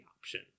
option